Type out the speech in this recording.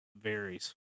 varies